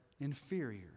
inferior